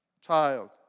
child